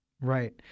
Right